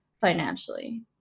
financially